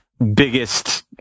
Biggest